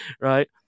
right